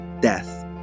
death